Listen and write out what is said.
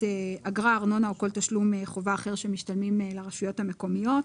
ארנונה או כל תשלום חובה אחר ישתלם לרשויות המקומיות.